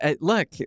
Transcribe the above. look